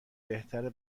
بهتره